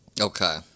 Okay